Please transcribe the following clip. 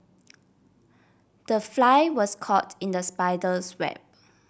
the fly was caught in the spider's web